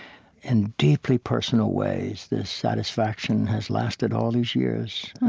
in deeply personal ways, this satisfaction has lasted all these years.